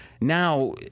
Now